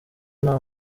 nta